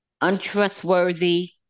untrustworthy